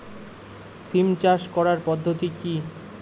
সিম চাষ করার পদ্ধতি কী?